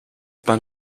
bahn